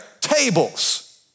tables